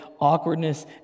awkwardness